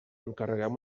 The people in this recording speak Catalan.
encarreguem